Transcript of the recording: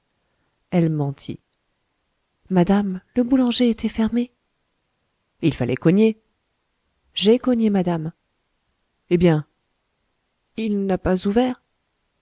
elle mentit madame le boulanger était fermé il fallait cogner j'ai cogné madame eh bien il n'a pas ouvert